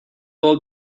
all